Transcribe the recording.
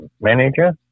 manager